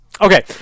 Okay